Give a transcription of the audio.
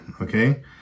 okay